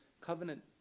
covenant